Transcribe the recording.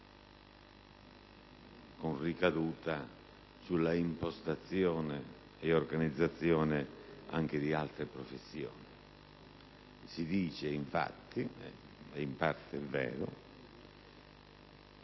con ricaduta sull'impostazione e organizzazione anche di altre professioni: si dice, infatti - ed in parte è vero